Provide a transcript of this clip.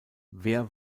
wer